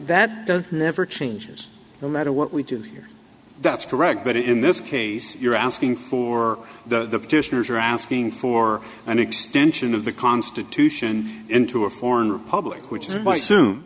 that does never changes no matter what we do here that's correct but in this case you're asking for the petitioners are asking for an extension of the constitution into a foreign republic which might soon